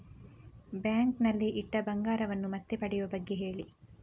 bank ನಲ್ಲಿ ಇಟ್ಟ ಬಂಗಾರವನ್ನು ಮತ್ತೆ ಪಡೆಯುವ ಬಗ್ಗೆ ಹೇಳಿ